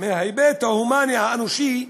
מההיבט ההומני, האנושי.